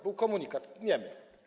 Był komunikat - tniemy.